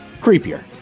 creepier